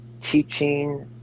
teaching